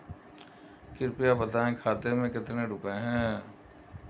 कृपया बताएं खाते में कितने रुपए हैं?